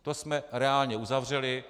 To jsme reálně uzavřeli.